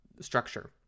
structure